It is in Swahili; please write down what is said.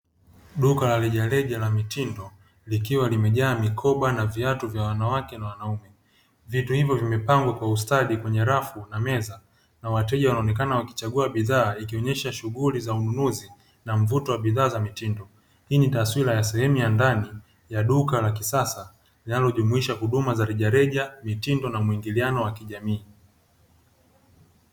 Duka la rejareja la mitindo likiwa limejaa mikoba na viatu vya wanawake na wanaume. Vitu hivyo vimepangwa kwa ustadi kwenye rafu na meza na wateja wanaonekana kuchagua bidhaa ikionesha shughuli za ununuzi na mvuto wa bidhaa za mitindo. Hii ni taswira ya sehemu za ndani la duka la kisasa linalojihusisha huduma za rejareja, mitindo na mwingiliano wa kijani.